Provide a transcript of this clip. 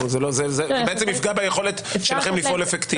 זה יפגע ביכולת שלכם לפעול אפקטיבית.